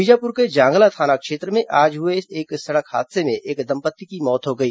बीजापुर के जांगला थाना क्षेत्र में आज हुए सड़क हादसे में एक दंपत्ति की मौत हो गई